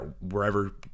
wherever